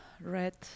red